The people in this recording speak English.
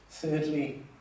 Thirdly